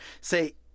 say